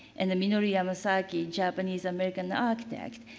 and minoru yamasaki, japanese american architecture,